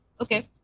okay